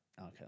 okay